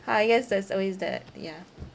ah I guess there's always that ya